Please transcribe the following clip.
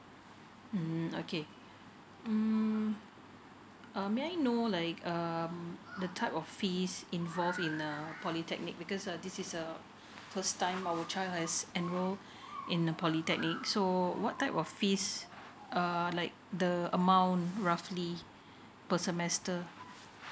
mm okay mm um may I know like um the type of fees involved in uh polytechnic because uh this is uh first time our child has enrolled in a polytechnic so what type of fees um like the amount roughly per semester